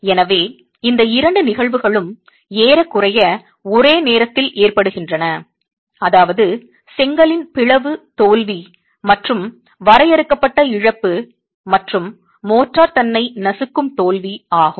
எனவே இந்த இரண்டு நிகழ்வுகளும் ஏறக்குறைய ஒரே நேரத்தில் ஏற்படுகின்றன அதாவது செங்கலில் பிளவு தோல்வி மற்றும் வரையறுக்கப்பட்ட இழப்பு மற்றும் மோர்ட்டார் தன்னை நசுக்கும் தோல்வி ஆகும்